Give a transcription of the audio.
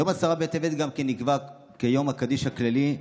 יום עשרה בטבת גם נקבע כיום הקדיש הכללי,